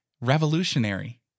revolutionary